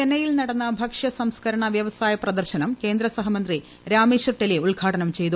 ചെന്നൈയിൽ നടന്ന ഭക്ഷ്യസംസ്കരണ വ്യവസായ പ്രദർശനം കേന്ദ്ര സഹമന്ത്രി രാമേശ്വർ ടെലി ഉദ്ഘാടനം ചെയ്തു